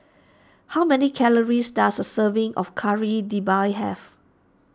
how many calories does a serving of Kari Debal have